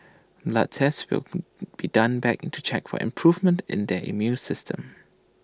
blood tests will be done back into check for improvements in their immune systems